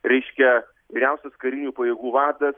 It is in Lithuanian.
reiškia vyriausias karinių pajėgų vadas